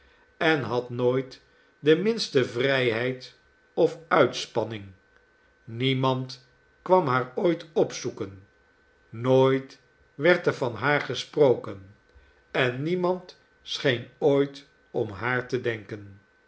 en had nooit de minste vrijheid of uitspanning niemand kwam haar ooit opzoeken nooit werd er van haar gesproken en niemand scheen ooit om haar te denken